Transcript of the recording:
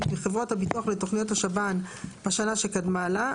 מחברות הביטוח לתוכניות השב"ן בשנה שקדמה לה,